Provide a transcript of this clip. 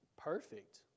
Perfect